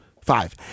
five